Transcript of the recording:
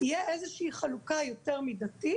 יהיה איזושהי חלוקה יותר מידתית.